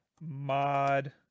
Mod